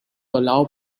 allow